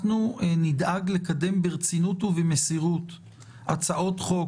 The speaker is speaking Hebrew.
אנחנו נדאג לקדם ברצינות ובמסירות הצעות חוק,